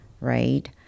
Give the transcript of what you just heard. right